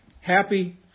Happy